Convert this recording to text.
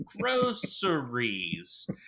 groceries